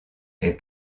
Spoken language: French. est